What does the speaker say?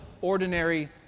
ordinary